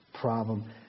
problem